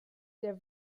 der